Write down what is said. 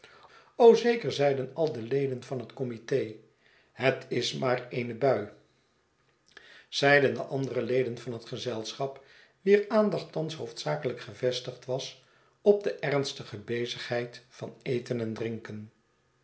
zekerl zeiden al de leden van het committed het is maar eene bui zeiden de andere leden van het gezelschap wier aandacht thans hoofdzakelijk gevestigd was op de ernstige bezigheid van eten en drinken